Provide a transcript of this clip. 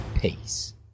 Peace